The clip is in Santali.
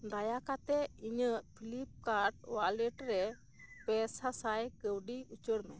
ᱫᱟᱭᱟ ᱠᱟᱛᱮᱫ ᱤᱧᱟᱹᱜ ᱯᱷᱞᱤᱯᱠᱟᱨᱴ ᱳᱣᱟᱞᱮᱴ ᱨᱮ ᱯᱮ ᱥᱟᱥᱟᱭ ᱠᱟᱹᱣᱰᱤ ᱩᱪᱟᱹᱲ ᱢᱮ